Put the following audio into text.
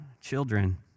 children